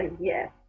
Yes